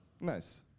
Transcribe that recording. Nice